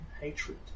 hatred